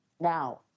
now